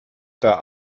der